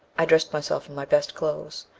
i dressed myself in my best clothes,